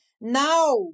Now